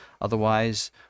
Otherwise